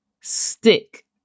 stick